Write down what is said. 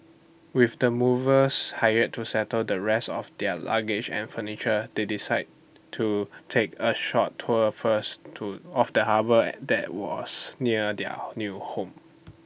with the movers hired to settle the rest of their luggage and furniture they decided to take A short tour first to of the harbour that was near their new home